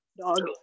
dog